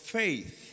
faith